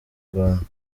rwanda